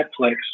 netflix